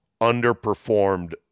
underperformed